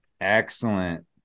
Excellent